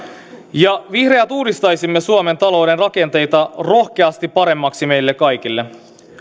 me vihreät uudistaisimme suomen talouden rakenteita rohkeasti paremmiksi meille kaikille